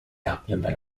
abdomen